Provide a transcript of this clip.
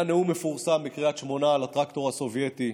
היה נאום מפורסם בקריית שמונה על הטרקטור הסובייטי,